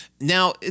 Now